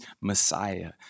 Messiah